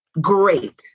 Great